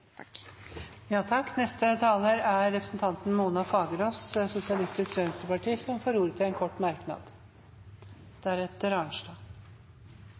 Representanten Mona Fagerås har hatt ordet to ganger tidligere og får ordet til en kort merknad,